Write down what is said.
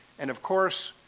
and, of course,